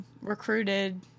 recruited